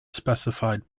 specified